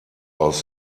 aus